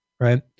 right